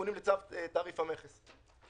תיקונים לצו תעריף המכס.